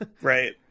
Right